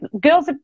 girls